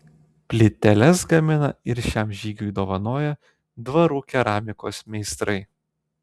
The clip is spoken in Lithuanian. plyteles gamina ir šiam žygiui dovanoja dvarų keramikos meistrai